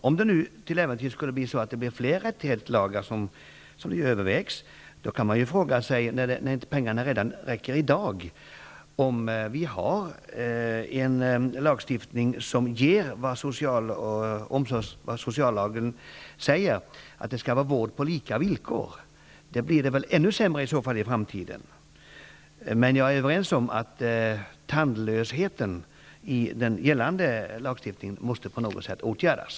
Om det till äventyrs skulle bli fler rättighetslagar, något som övervägs, kan man fråga sig om vi, när medlen redan i dag är för knappa, kan få den omsorg på lika villkor som är avsikten med sociallagen. Då blir det väl ännu sämre i framtiden. Men jag är överens med socialministern om att tandlösheten i den gällande lagstiftningen på något sätt måste åtgärdas.